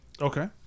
okay